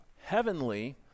heavenly